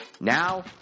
Now